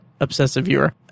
ObsessiveViewer